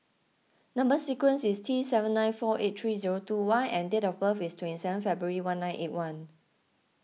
Number Sequence is T seven nine four eight three zero two Y and date of birth is twenty seven February one nine eight one